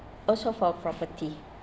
also for property